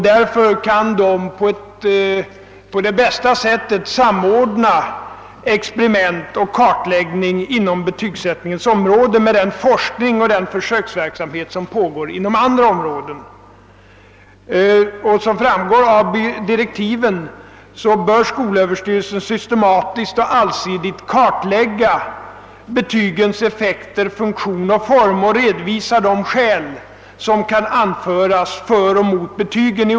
Därför kan det på det bästa sätt samordna experiment och kartläggning inom betygsättningens område med den forskning och den försöksverksamhet som bedrivs inom andra områden. Såsom framgår av direktiven för utredningen bör skolöverstyrelsen systematiskt och allsidigt kartlägga betygens effekt, funktion och form och redovisa de skäl som i olika sammanhang kan anföras för och mot betygen.